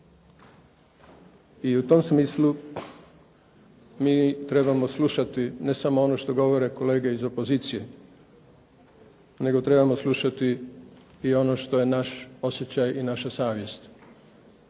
I u tom smislu mi trebamo slušati ne samo ono što govore kolege iz opozicije, nego trebamo slušati i ono što je naš osjećaj i naša savjest.